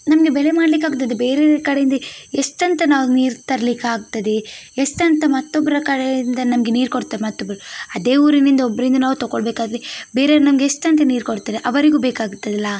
ನಮಗೆ ಬೆಳೆ ಮಾಡಲಿಕ್ಕೆ ಆಗ್ತದೆ ಬೇರೆ ಕಡೆಯಿಂದೆ ಎಷ್ಟಂತ ನಾವು ನೀರು ತರಲಿಕ್ಕೆ ಆಗ್ತದೆ ಎಷ್ಟಂತ ಮತ್ತೊಬ್ಬರ ಕಡೆಯಿಂದ ನಮಗೆ ನೀರು ಕೊಡ್ತಾ ಮತ್ತೊಬ್ಬರು ಅದೇ ಊರಿನಿಂದ ಒಬ್ಬರಿಂದ ನಾವು ತಗೊಳ್ಬೇಕಾದ್ರೆ ಬೇರೆಯವರು ನಮಗೆ ಎಷ್ಟಂತ ನೀರು ಕೊಡ್ತಾರೆ ಅವರಿಗೂ ಬೇಕಾಗುತ್ತದಲ್ಲ